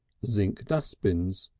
zinc dustbins,